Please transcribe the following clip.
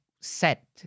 set